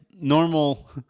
normal